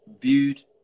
viewed